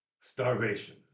Starvation